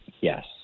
Yes